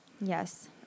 Yes